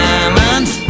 Diamonds